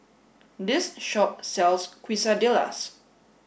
this shop sells Quesadillas